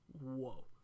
whoa